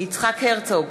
יצחק הרצוג,